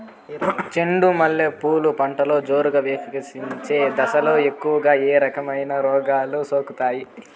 చెండు మల్లె పూలు పంటలో జోరుగా వికసించే దశలో ఎక్కువగా ఏ రకమైన రోగాలు సోకుతాయి?